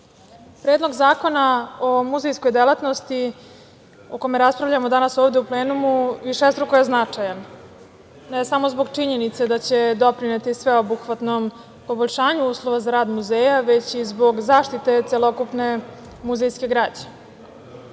Predlog zakona o muzejskoj delatnosti o kome raspravljamo danas ovde u plenumu višestruko je značaja, ne samo zbog činjenice da će doprineti sveobuhvatnom poboljšanju uslova za rad muzeja, već i zbog zaštite celokupne muzejske građe.